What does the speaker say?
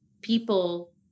people